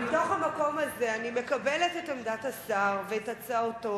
מתוך המקום הזה אני מקבלת את עמדת השר ואת הצעתו